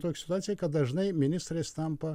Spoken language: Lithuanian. tokia situacija kad dažnai ministrais tampa